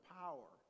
power